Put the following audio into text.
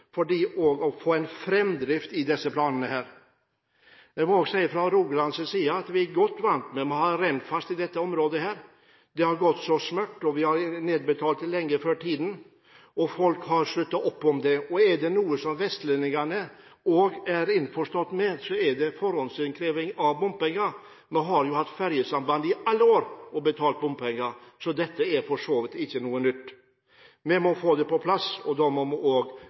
godt vant. Vi har også Rennfast i dette området. Det har gått som smurt, vi har nedbetalt det lenge før tiden, og folk har sluttet opp om det. Er det noe vestlendingene er innforstått med, er det forhåndsinnkreving av bompenger. Vi har jo hatt ferjesamband i alle år og betalt bompenger, så dette er for så vidt ikke noe nytt. Vi må få det på plass, og da må vi også gå inn for denne finansieringsdelen. La meg til slutt si at det er én ting som gjør meg skikkelig urolig, og